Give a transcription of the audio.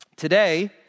Today